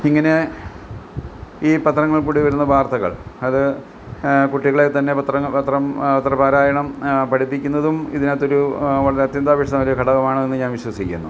ഇങ്ങനെ ഈ പത്രങ്ങളിൽക്കൂടി വരുന്ന വാർത്തകൾ അത് കുട്ടികളെത്തന്നെ പത്രം പത്രപാരായണം പഠിപ്പിക്കുന്നതും ഇതിനകത്തൊരു വളരെ അത്യന്താപേക്ഷിതമായൊരു ഘടകമാണ് എന്നു ഞാൻ വിശ്വസിക്കുന്നു